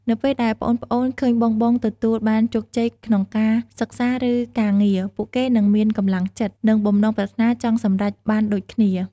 នៅពេលដែលប្អូនៗឃើញបងៗទទួលបានជោគជ័យក្នុងការសិក្សា ឬការងារ ពួកគេនឹងមាន កម្លាំងចិត្ត និងបំណងប្រាថ្នាចង់សម្រេចបានដូចគ្នា ។